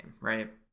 right